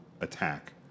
attack